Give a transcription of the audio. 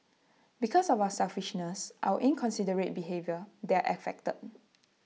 because of our selfishness our inconsiderate behaviour they're affected